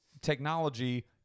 technology